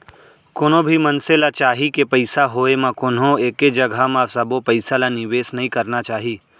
कोनो भी मनसे ल चाही के पइसा होय म कोनो एके जघा म सबो पइसा ल निवेस नइ करना चाही